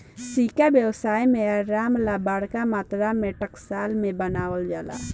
सिक्का व्यवसाय में आराम ला बरका मात्रा में टकसाल में बनावल जाला